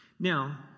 Now